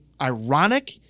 ironic